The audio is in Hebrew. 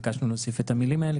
ביקשנו להוסיף את המילים האלה,